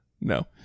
No